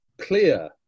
clear